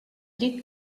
llit